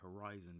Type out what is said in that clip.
Horizon